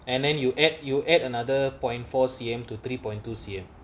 and then you add you add another point four C_M to three point two C_M